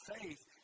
Faith